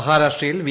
മഹാരാഷ്ട്രയിൽ വി